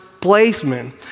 placement